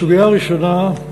הסוגיה הראשונה,